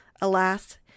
Alas